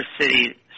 city